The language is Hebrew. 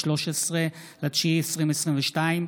13 בספטמבר 2022,